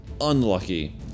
unlucky